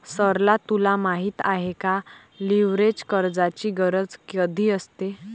सरला तुला माहित आहे का, लीव्हरेज कर्जाची गरज कधी असते?